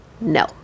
No